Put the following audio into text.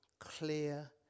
clear